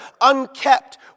unkept